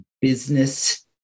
business